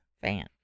fan